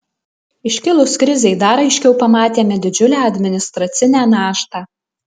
iškilus krizei dar aiškiau pamatėme didžiulę administracinę naštą